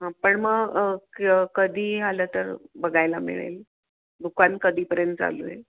हां पण मग क कधी आलं तर बघायला मिळेल दुकान कधीपर्यंत चालू आहे